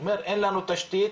אין תשתית